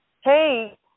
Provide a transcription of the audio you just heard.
hey